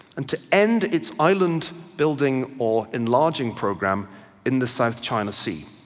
and to end its island building or enlarging programme in the south china sea.